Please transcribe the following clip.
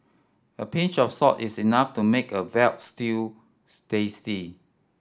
a pinch of salt is enough to make a veal stew tasty